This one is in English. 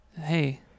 hey